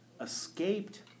escaped